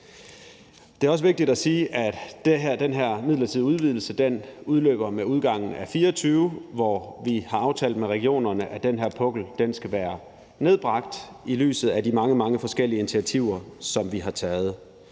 Det er også vigtigt at sige, at den her midlertidige udvidelse udløber med udgangen af 2024, hvor vi har aftalt med regionerne at den her pukkel skal være nedbragt i lyset af de mange, mange forskellige initiativer, som vi har taget.